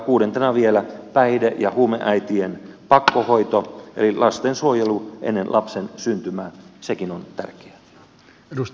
kuudentena vielä päihde ja huumeäitien pakkohoito eli lastensuojelu ennen lapsen syntymää sekin on tärkeää